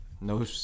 no